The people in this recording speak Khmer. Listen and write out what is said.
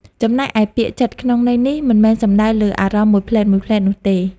ចំណែកឯ ពាក្យ "ចិត្ត" ក្នុងន័យនេះ មិនមែនសំដៅលើអារម្មណ៍មួយភ្លែតៗនោះទេ។